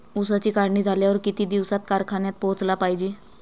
ऊसाची काढणी झाल्यावर किती दिवसात कारखान्यात पोहोचला पायजे?